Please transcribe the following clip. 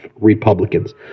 Republicans